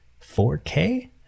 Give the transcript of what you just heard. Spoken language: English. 4k